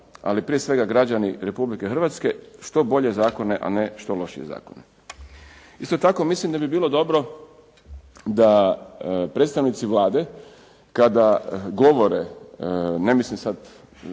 ali prije svega građani Republike Hrvatske što bolje zakone, a ne što lošije zakone. Isto tako mislim da bi bilo dobro da predstavnici Vlade kada govore, ne mislim sad